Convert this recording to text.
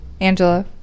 Angela